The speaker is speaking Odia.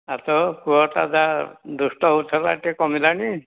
ଆଉ ତୋ ପୁଅଟା ଯାହା ଦୁଷ୍ଟ ହେଉଥିଲା ଟିକିଏ କାମିଲାଣି